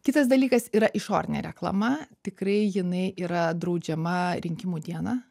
kitas dalykas yra išorinė reklama tikrai jinai yra draudžiama rinkimų dieną